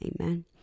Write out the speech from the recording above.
Amen